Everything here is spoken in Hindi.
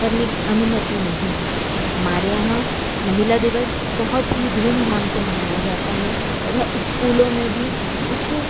करने की अनुमति नही है हमारे यहाँ महिला दिवस बहुत ही धूमधाम से मनाया जाता है तथा स्कूलों में भी इस